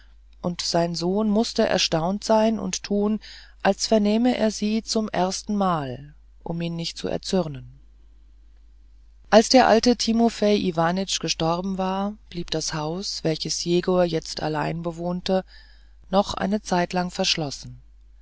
und sein sohn mußte erstaunt sein und tun als vernähme er sie zum erstenmal um ihn nicht zu erzürnen als der alte timofei iwanitsch gestorben war blieb das haus welches jegor jetzt allein bewohnte noch eine zeit lang verschlossen